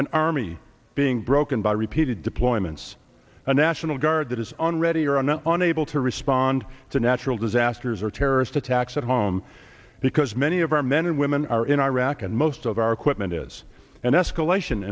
an army being broken by repeated deployments a national guard that is on ready or not on able to respond to natural disasters or terrorist attacks at home because many of our men and women are in iraq and most of our equipment is an escalation